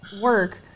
work